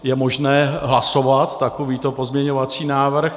Je možné hlasovat takovýto pozměňovací návrh.